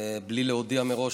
בלי להודיע מראש,